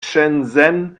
shenzhen